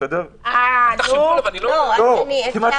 סבתא שלי מתגוררת באילת, ואני רוצה